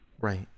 Right